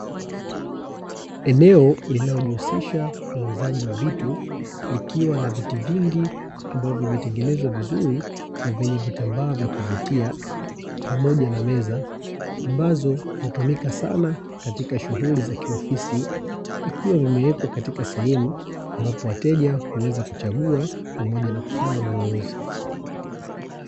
Eneo linalojihusisha na uuzaji wa vitu, likiwa na vitu vingi ambavyo vimetengenezwa vizuri na vyenye vitambaa vya kuvutia pamoja na meza ambazo hutumika sana katika shughuli za kiofisi, vikiwa vimewekwa katika sehemu ambapo wateja huweza kuchagua pamoja na kufanya manunuzi.